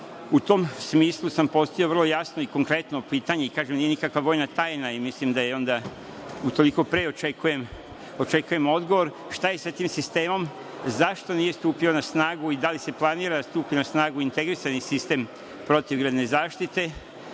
U tom smislu sam postavio vrlo jasno i konkretno pitanje i nije nikakva vojna tajna i utoliko pre očekujem odgovor. Šta je sa tim sistemom? Zašto nije stupio na snagu? Da li se planira da stupi na snagu integrisani sistem protivgradne zaštite